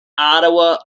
ottawa